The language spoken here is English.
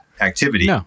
activity